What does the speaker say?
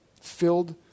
filled